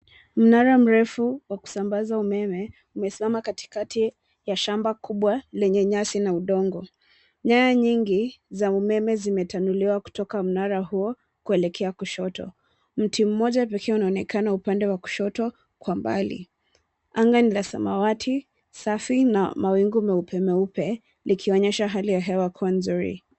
Mnara mrefu wa kusambaza umeme umesimama katikati ya shamba kubwa lenye nyasi na udongo. Nyaya nyingi za umeme zimetanuliwa kutoka mnara huo kuelekea kushoto. Mti mmoja pekee unaonekana upande wa kushoto kwa mbali. Anga ni la samawati, safi na mawingu meupe meupe likionyesha hali ya hewa kuwa nzuri.